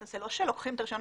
זה לא שלוקחים את הרישיון